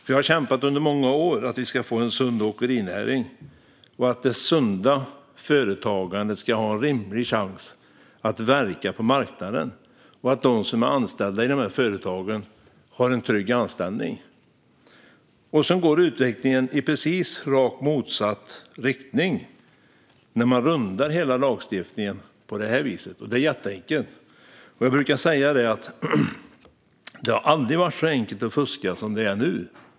Jag har kämpat under många år för en sund åkerinäring, för att det sunda företagandet ska ha en rimlig chans att verka på marknaden och för att de anställda i dessa företag ska ha en trygg anställning. Sedan går utvecklingen i rakt motsatt riktning när man rundar hela lagstiftningen på det här viset. Att göra det är jätteenkelt. Jag brukar säga att det aldrig har varit så enkelt att fuska som nu.